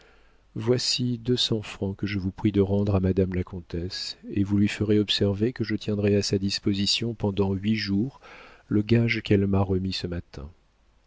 voici deux cents francs que je vous prie de rendre à madame la comtesse et vous lui ferez observer que je tiendrai à sa disposition pendant huit jours le gage qu'elle m'a remis ce matin